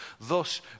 Thus